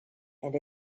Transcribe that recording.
and